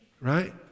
right